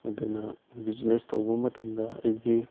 ꯑꯗꯨꯅ ꯕꯤꯖꯤꯅꯦꯁ ꯇꯧꯕ ꯃꯇꯝꯗ ꯑꯩꯒꯤ